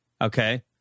Okay